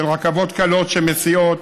של רכבות קלות שמסיעות,